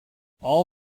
all